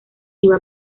iba